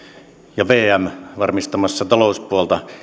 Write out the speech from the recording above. ja vm varmistamassa talouspuolta